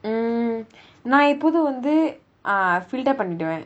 mm நான் எப்போதும் வந்து:naan eppothum vanthu filter பண்ணிடுவேன்:panniduvaen